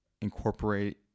incorporate